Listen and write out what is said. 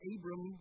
Abram